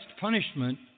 punishment